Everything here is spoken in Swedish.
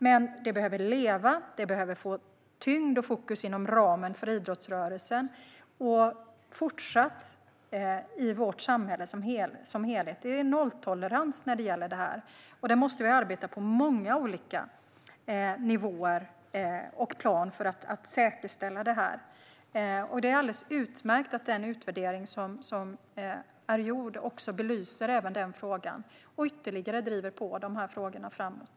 Det behöver leva och få tyngd och fokus inom ramen för idrottsrörelsen. I vårt samhälle som helhet är det även fortsatt nolltolerans när det gäller det här. Vi måste arbeta på många olika nivåer och plan för att säkerställa detta. Det är alldeles utmärkt att den utvärdering som är gjord också belyser frågan och ytterligare driver på den framåt.